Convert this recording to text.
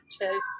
to-